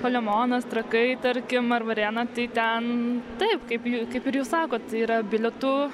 palemonas trakai tarkim ar varėna tai ten taip kaip ju kaip ir jūs sakot yra bilietų